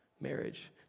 marriage